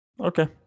Okay